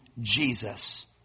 Jesus